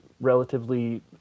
relatively